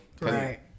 right